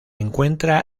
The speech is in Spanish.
encuentra